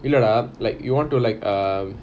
இல்லடா:illada lah like you want to like err